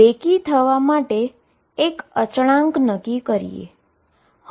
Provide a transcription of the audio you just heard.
બેકી થવા માટે એક કોન્સટન્ટ નક્કી કરીએ